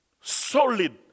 solid